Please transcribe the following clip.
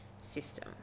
system